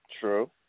True